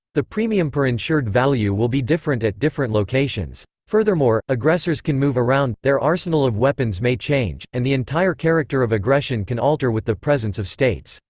the premium per insured value will be different at different locations. furthermore, aggressors can move around, their arsenal of weapons may change, and the entire character of aggression can alter with the presence of states.